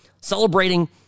celebrating